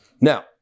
Now